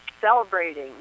celebrating